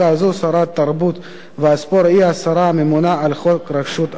שרת התרבות והספורט היא השרה הממונה על חוק רשות העתיקות.